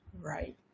Right